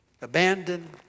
abandoned